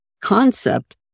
concept